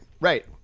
right